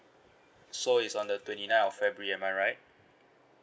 so it's on the twenty ninth of february am I right